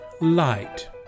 light